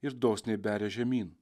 ir dosniai beria žemyn